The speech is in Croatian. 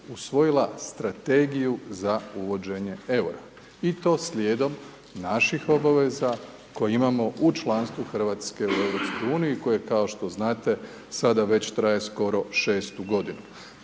usvojila strategiju za uvođenje eura i to slijedom naših obaveza koje imamo u članstvu Hrvatske u EU-u i koje kao što znate, sada već traje skoro 6. godinu.